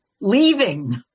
leaving